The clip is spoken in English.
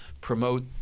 promote